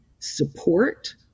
support